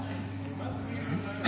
תומך.